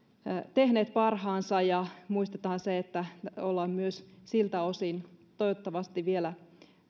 tehneet parhaansa ja muistetaan se että ollaan myös siltä osin toivottavasti vielä